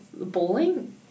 bowling